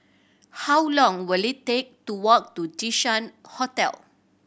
how long will it take to walk to Jinshan Hotel